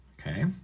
Okay